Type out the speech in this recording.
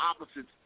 opposites